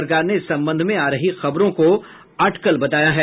सरकार ने इस संबंध में आ रही खबरों को अटकल बताया है